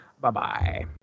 Bye-bye